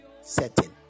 setting